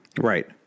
Right